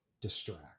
distract